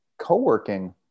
co-working